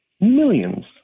millions